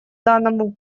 данному